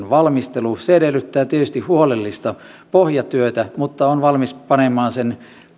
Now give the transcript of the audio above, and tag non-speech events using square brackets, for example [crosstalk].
[unintelligible] valmistelu se edellyttää tietysti huolellista pohjatyötä mutta olen valmis panemaan sen